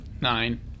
Nine